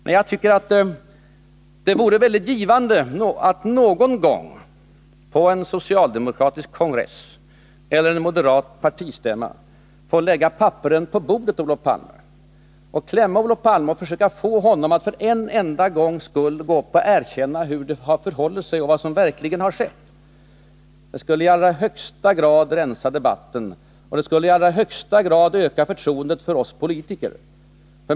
Men jag tycker att det vore mycket givande att någon gång, på en socialdemokratisk kongress eller en moderat partistämma, få lägga papperen på bordet och klämma Olof Palme, så att man för en gångs skull fick honom att gå upp och erkänna hur det förhåller sig och vad som verkligen har skett. Det skulle i allra högsta grad rensa debatten, och det skulle i allra högsta grad öka förtroendet för oss politiker.